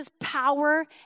power